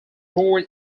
born